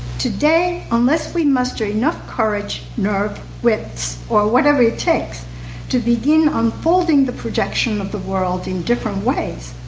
today, unless we muster enough courage, nerve, wits, or whatever it takes to begin unfolding the projection of the world in different ways,